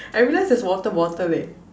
I realize there's water bottle leh